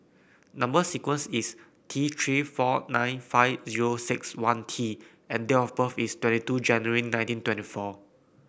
number sequence is T Three four nine five zero six one T and date of birth is twenty two January nineteen twenty four